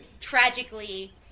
tragically